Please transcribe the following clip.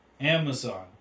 Amazon